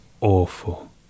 awful